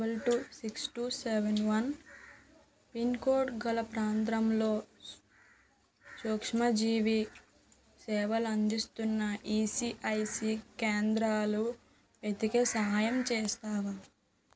double two six two seven one pincode గల ప్రాంతంలో సూక్ష్మజీవి సేవలు అందిస్తున్న ఈసీఐసీ కేంద్రాలు వెతికే సహాయం చేస్తావా